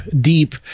deep